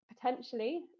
potentially